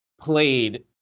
played